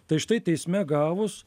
tai štai teisme gavus